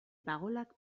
pagolak